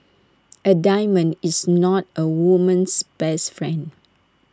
A diamond is not A woman's best friend